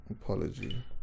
Apology